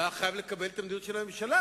הוא היה חייב לקבל את העמדות של הממשלה,